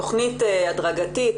תכנית הדרגתית,